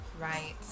Right